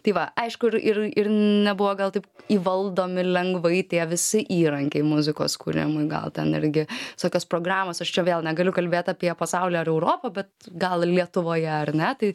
tai va aišku ir ir ir nebuvo gal taip įvaldomi lengvai tie visi įrankiai muzikos kūrimui gal ten irgi visokios programos aš čia vėl negaliu kalbėt apie pasaulį ar europą bet gal lietuvoje ar ne tai